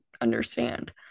understand